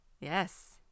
yes